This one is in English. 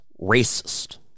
racist